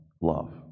love